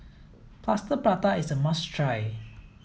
plaster prata is a must try